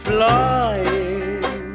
Flying